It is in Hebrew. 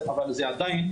אבל זה עדיין,